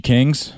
Kings